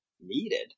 needed